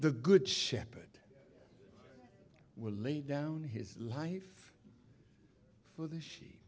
the good shepherd will lay down his life for the she